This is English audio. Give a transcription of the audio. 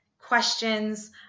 questions